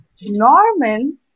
Norman